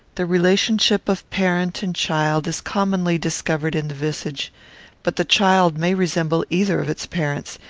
the relationship of parent and child is commonly discovered in the visage but the child may resemble either of its parents,